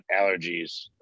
allergies